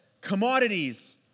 commodities